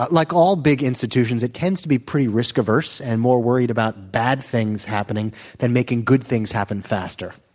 but like all big institutions it tends to be pretty risk averse and more worried about bad things happening than making good things happen faster.